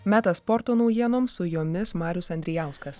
metas sporto naujienoms su jomis marius andrijauskas